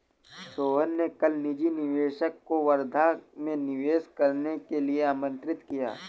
सोहन ने कल निजी निवेशक को वर्धा में निवेश करने के लिए आमंत्रित किया